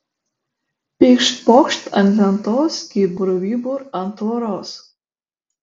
pykšt pokšt ant lentos kybur vybur ant tvoros